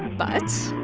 but.